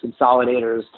consolidators